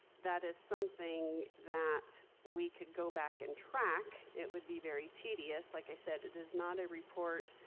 that is something that we could go back and track. it would be very tedious. like i said, it is not a report,